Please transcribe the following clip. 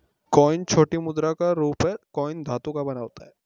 coin छोटी मुद्रा का रूप है कॉइन धातु का बना होता है